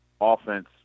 offense